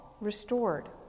restored